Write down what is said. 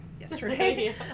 yesterday